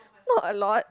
not a lot